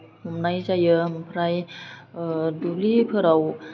हमनाय जायो ओमफ्राय दुब्लिफोराव